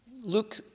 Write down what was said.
Luke